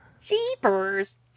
Jeepers